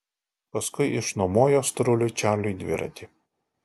paskui išnuomojo storuliui čarliui dviratį